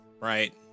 right